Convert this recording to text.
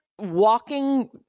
walking